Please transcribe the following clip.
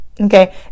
Okay